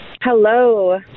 Hello